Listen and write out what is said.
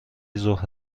ظهر